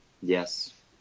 yes